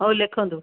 ହଉ ଲେଖନ୍ତୁ